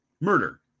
murder